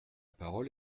parole